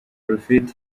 prophet